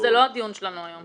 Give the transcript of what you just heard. זה לא הדיון שלנו היום.